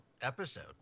episode